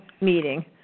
meeting